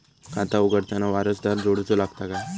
खाता उघडताना वारसदार जोडूचो लागता काय?